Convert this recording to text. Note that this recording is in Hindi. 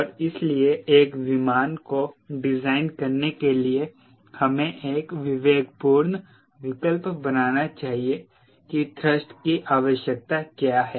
और इसलिए एक विमान को डिजाइन करने के लिए हमें एक विवेकपूर्ण विकल्प बनाना चाहिए कि थ्रस्ट की आवश्यकता क्या है